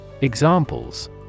Examples